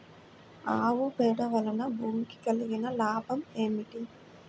ఆవు పేడ వలన భూమికి కలిగిన లాభం ఏమిటి?